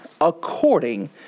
according